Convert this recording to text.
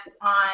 on